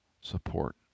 support